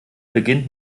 beginnt